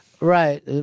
Right